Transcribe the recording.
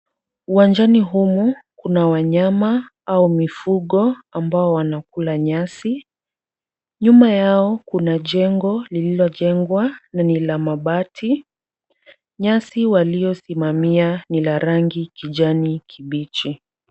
Uwanjani humu kuna wanyama au mifugo ambao wanakula nyasi. Nyuma yao kuna jengo lililojengwa na ni la mabati. Nyasi waliosimamia ni la rangi kijani kibichi.